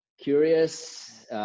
curious